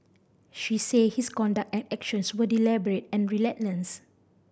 she said his conduct and actions were deliberate and relentless